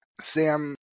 sam